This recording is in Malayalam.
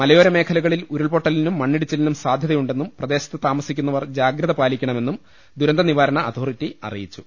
മലയോര മേഖ ലകളിൽ ഉരുൾപൊട്ടലിനും മണ്ണിടിച്ചിലിനും സാധ്യതയുണ്ടെന്നും പ്രദേശത്ത് താമസിക്കുന്നവർ ജാഗ്രത പാലിക്കണമെന്നും ദുരന്ത നിവാരണ അതോറിറ്റി അറിയിച്ചു